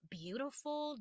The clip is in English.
beautiful